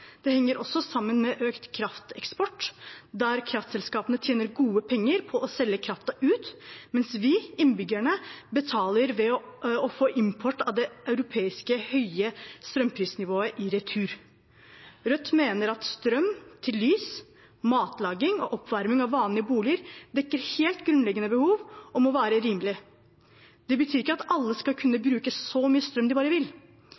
det henger også sammen med økt krafteksport, der kraftselskapene tjener gode penger på å selge kraften ut, mens vi, innbyggerne, betaler ved å få import av det europeiske, høye strømprisnivået i retur. Rødt mener at strøm til lys, matlaging og oppvarming av vanlige boliger dekker helt grunnleggende behov og må være rimelig. Det betyr ikke at alle skal kunne bruke så mye strøm de bare vil.